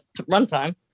runtime